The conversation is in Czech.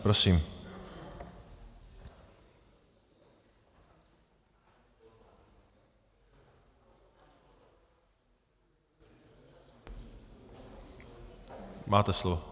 Prosím, máte slovo.